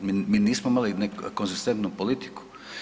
Mi nismo imali konzistentnu politiku.